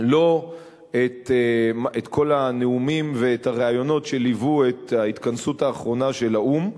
את כל הנאומים והראיונות שליוו את ההתכנסות האחרונה של האו"ם,